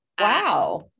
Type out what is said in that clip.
wow